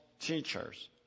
teachers